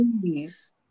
please